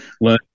learn